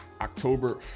October